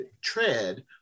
tread